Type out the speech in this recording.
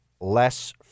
less